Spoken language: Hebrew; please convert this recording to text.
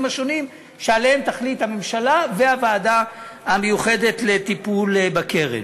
השונים שעליהם יחליטו הממשלה והוועדה המיוחדת לטיפול בקרן.